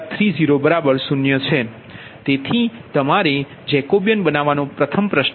તેથી તમારે જેકોબીયન બનાવવાનો પ્રથમ પ્રશ્ન છે